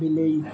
ବିଲେଇ